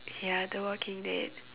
ya the walking dead